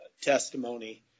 testimony